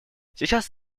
сейчас